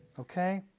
okay